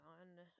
on